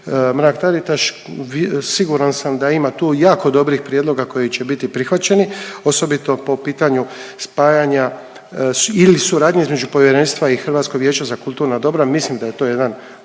Mrak Taritaš, vi siguran sam da ima tu jako dobrih prijedloga koji će biti prihvaćeni osobito po pitanju spajanja ili suradnje između povjerenstva i Hrvatskog vijeća za kulturna dobra. Mislim da je to jedan